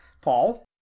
Paul